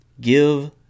give